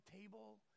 table